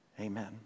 amen